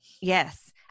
yes